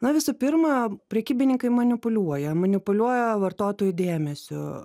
na visų pirma prekybininkai manipuliuoja manipuliuoja vartotojų dėmesiu